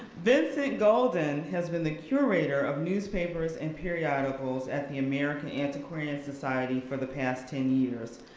vincent golden has been the curator of newspapers and periodicals at the american antiquarian society for the past ten years.